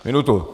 Minutu.